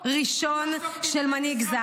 מגעילה?